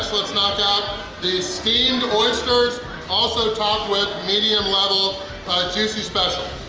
let's knock out these steamed oysters also topped with medium level juicy special.